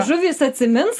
žuvys atsimins